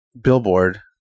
billboard